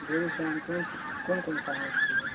बेगूसराय में कौन सा कौन कौन सा मछली है